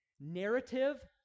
Narrative